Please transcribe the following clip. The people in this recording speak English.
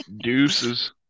Deuces